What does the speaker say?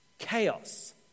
Chaos